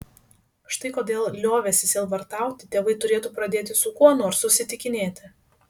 štai kodėl liovęsi sielvartauti tėvai turėtų pradėti su kuo nors susitikinėti